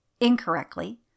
incorrectly